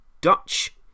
Dutch